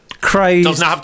Crazy